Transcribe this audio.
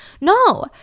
No